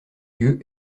lieu